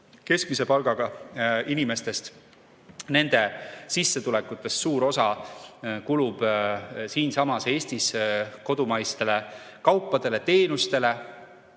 keskmise palgaga inimestest –, et nende sissetulekutest suur osa kulub siinsamas Eestis kodumaistele kaupadele-teenustele